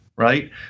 right